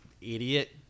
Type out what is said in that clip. idiot